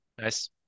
Nice